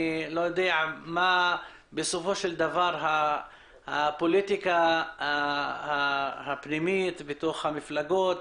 אני לא יודע מה תהיה בסופו של דבר הפוליטיקה הפנימית בתוך המפלגות,